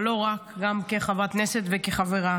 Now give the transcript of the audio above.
אבל לא רק, גם כחברת כנסת וכחברה.